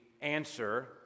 answer